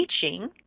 teaching